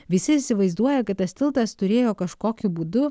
visi įsivaizduoja kad tas tiltas turėjo kažkokiu būdu